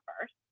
first